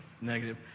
negative